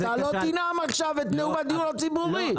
אתה לא תנאם עכשיו את נאום הדיון הציבורי.